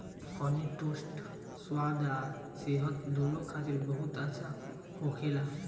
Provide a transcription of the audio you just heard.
हनी toast स्वाद आ सेहत दूनो खातिर बहुत अच्छा होखेला